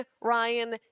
Ryan